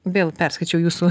vėl perskaičiau jūsų